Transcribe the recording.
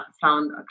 found